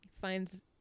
finds